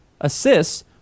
assists